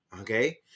okay